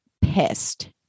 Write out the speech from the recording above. pissed